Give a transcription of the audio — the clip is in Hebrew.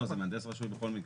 לא, זה מהנדס רשוי בכל מקרה.